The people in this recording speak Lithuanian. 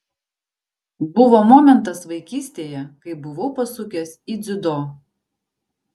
buvo momentas vaikystėje kai buvau pasukęs į dziudo